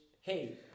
hey